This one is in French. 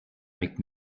avec